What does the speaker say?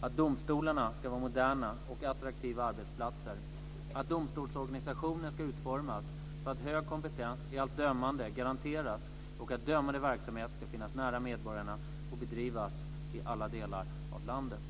att domstolarna ska vara moderna och attraktiva arbetsplatser, att domstolsorganisationen ska utformas så att hög kompetens i allt dömande garanteras och att dömande verksamhet ska finnas nära medborgarna och bedrivas i alla delar av landet.